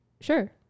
Sure